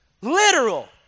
literal